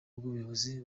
bw’ubuyobozi